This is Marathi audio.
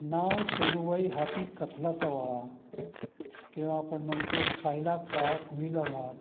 नाव सोनूबाई हाती कथलाचा वाळा किंवा आपण म्हणतो खायला काळ भुईला भार